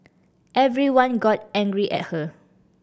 everyone got angry at her